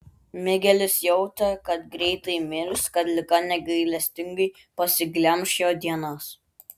migelis jautė kad greitai mirs kad liga negailestingai pasiglemš jo dienas